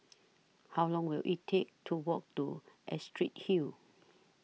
How Long Will IT Take to Walk to Astrid Hill